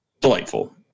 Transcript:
delightful